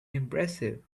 impressive